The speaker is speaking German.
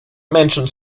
menschen